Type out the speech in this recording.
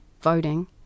voting